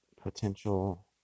potential